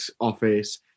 office